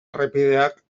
errepideak